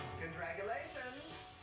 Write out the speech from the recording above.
Congratulations